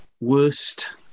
worst